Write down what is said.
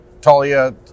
Talia